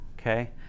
okay